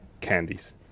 candies